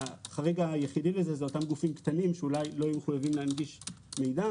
החריג היחיד זה אותם גופים קטנים שאולי לא יהיו מחויבים להנגיש מידע.